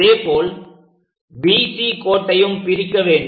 அதேபோல் BC கோட்டையும் பிரிக்க வேண்டும்